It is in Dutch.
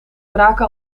braken